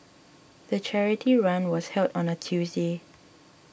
the charity run was held on a Tuesday